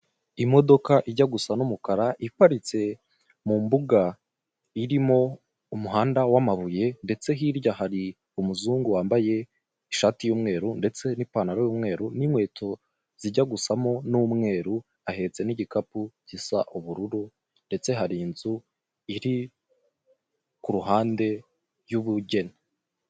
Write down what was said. Imodoka ijya gusa n'umukara iparitse mu mbuga irimo umuhanda w'amabuye ndetse hirya hari umuzungu wambaye ishati y'umweru ndetse n'ipantaro n'umweru ndetse n'inkweto zijya gusamo umweru ahetse n'igikapu gisa ubururu ndetse hari inzu iri kuruhande y'ubugeni.